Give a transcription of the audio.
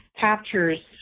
captures